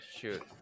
shoot